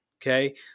Okay